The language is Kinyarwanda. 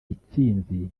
itsinzi